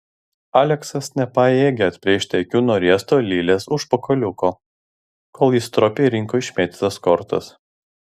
aleksas nepajėgė atplėšti akių nuo riesto lilės užpakaliuko kol ji stropiai rinko išmėtytas kortas